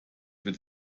wird